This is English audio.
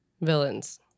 villains